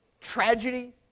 tragedy